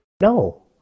No